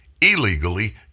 illegally